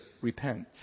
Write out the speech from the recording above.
Repent